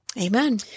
Amen